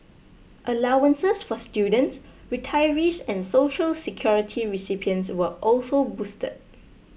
allowances for students retirees and Social Security recipients were also boosted